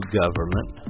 government